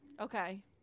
Okay